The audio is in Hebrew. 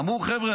אמרו: חבר'ה,